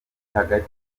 hagati